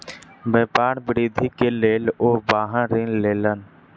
व्यापार वृद्धि के लेल ओ वाहन ऋण लेलैन